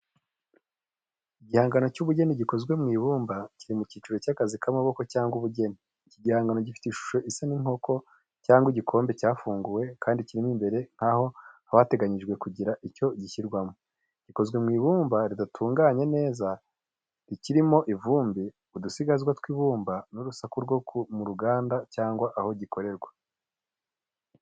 Igihangano cy’ubugeni gikozwe mu ibumba, kiri mu cyiciro cy’akazi k’amaboko cyangwa ubugeni. Iki gihangano gifite ishusho isa nk’inkoko cyangwa igikombe cyafunguwe kandi kirimo imbere nk'aho haba hateganijwe kugira icyo gishyirwamo. Gikozwe mu ibumba ridatunganye neza rikirimo ivumbi, udusigazwa tw’ibumba n’urusaku rwo mu ruganda cyangwa aho gikorerwa.